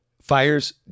fires